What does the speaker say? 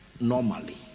normally